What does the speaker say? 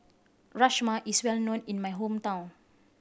rajma is well known in my hometown